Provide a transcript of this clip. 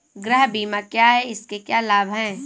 गृह बीमा क्या है इसके क्या लाभ हैं?